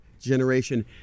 generation